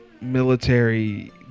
military